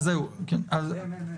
זו משימה אחת.